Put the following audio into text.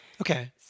Okay